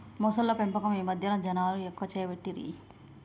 మొసళ్ల పెంపకం ఈ మధ్యన జనాలు ఎక్కువ చేయబట్టిరి